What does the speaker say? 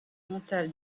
mental